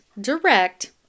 direct